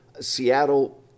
Seattle